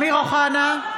הזאת,